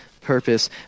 purpose